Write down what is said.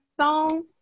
song